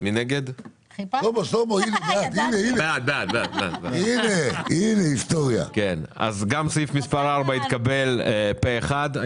נגד 0 נמנעים 0 הסעיף אושר אז גם סעיף מספר 4 התקבל פה אחד.